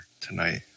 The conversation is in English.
tonight